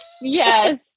Yes